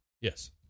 Yes